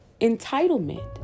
entitlement